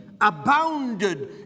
abounded